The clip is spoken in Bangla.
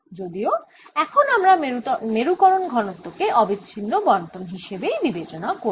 যদিও এখন আমরা মেরুকরণ ঘনত্ব কে অবিচ্ছিন্ন বণ্টন হিসেবেই বিবেচনা করব